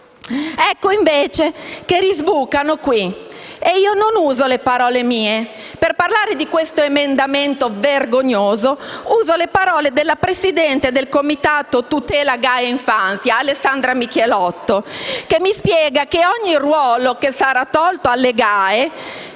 Eccoli che rispuntano. E non uso qui parole mie. Per parlare di questo emendamento vergognoso uso le parole della Presidente del Comitato tutela GAE infanzia, Alessandra Michielotto, che spiega come ogni ruolo che sarà tolto alle GAE,